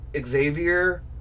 Xavier